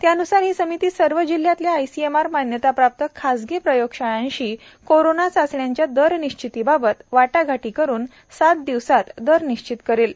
त्यान्सार ही समिती सर्व जिल्ह्यातल्या आयसीएमआर मान्यता प्राप्त खासगी प्रयोगशाळांशी कोरोना चाचण्यांच्या दर निश्चिती बाबत वाटाघाटी करून सात दिवसात दर निश्चित करतील